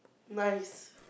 nice